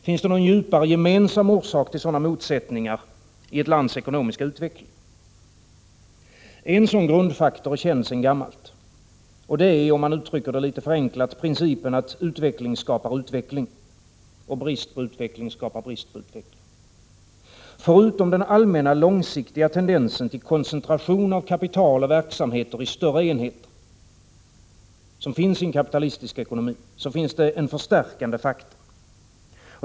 Finns det någon djupare gemensam orsak till sådana motsättningar i ett lands ekonomiska utveckling? En sådan grundfaktor är känd sedan gammalt. Det är, om man uttrycker det litet förenklat, principen att utveckling skapar utveckling och att brist på utveckling skapar brist på utveckling. Förutom den allmänna långsiktiga tendensen till koncentration av kapital och verksamheter i större enheter, som finns i en kapitalistisk ekonomi, finns det en förstärkande faktor.